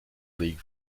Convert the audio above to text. league